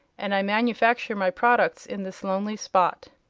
and i manufacture my products in this lonely spot.